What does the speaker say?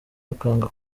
akanga